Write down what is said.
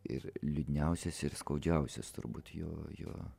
ir liūdniausias ir skaudžiausias turbūt jo jo